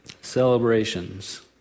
celebrations